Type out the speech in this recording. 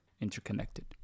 interconnected